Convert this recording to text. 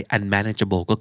Unmanageable